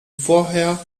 vorher